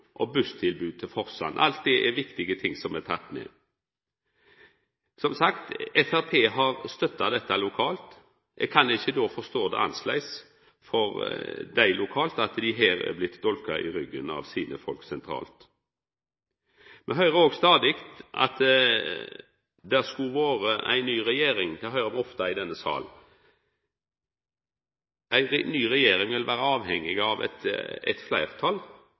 og busstilbod til Forsand. Alt det er viktige ting som er tekne med. Som sagt har Framstegspartiet støtta dette lokalt. Eg kan ikkje forstå det annleis enn at dei lokalt her er blitt dolka i ryggen av sine folk sentralt. Me høyrer òg stadig at det skulle ha vore ei ny regjering. Det høyrer me ofte i denne salen. Ei ny regjering vil vera avhengig av eit fleirtal